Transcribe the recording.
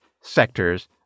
sectors